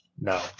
No